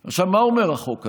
עכשיו, מה אומר החוק הזה?